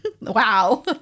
wow